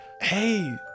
hey